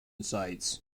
sites